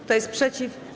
Kto jest przeciw?